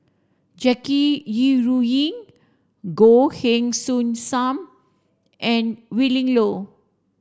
Jackie Yi Ru Ying Goh Heng Soon Sam and Willin Low